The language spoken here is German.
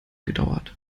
gedauert